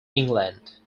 england